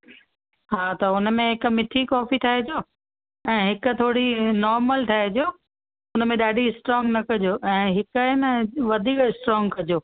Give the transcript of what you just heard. हा त हुनमें हिकु मीट्ठी कॉफी ठाहिजो ऐं हिकु थोरी नॉर्मल ठाहिजो उनमें ॾाढी स्ट्रॉन्ग न कजो ऐं हिकु आहे न वधीक स्ट्रॉन्ग कजो